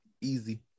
Easy